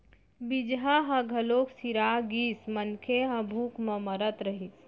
बीजहा ह घलोक सिरा गिस, मनखे ह भूख म मरत रहिस